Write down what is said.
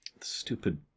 Stupid